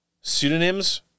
pseudonyms